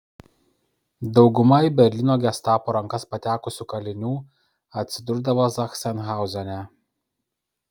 dauguma į berlyno gestapo rankas patekusių kalinių atsidurdavo zachsenhauzene